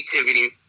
creativity